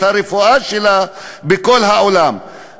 הרופאים שלה ואת הרפואה שלה בכל העולם,